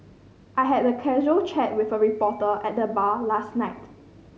I had a casual chat with a reporter at the bar last night